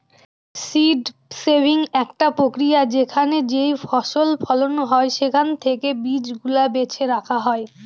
seed saving একটা প্রক্রিয়া যেখানে যেইফসল ফলন হয় সেখান থেকে বীজ গুলা বেছে রাখা হয়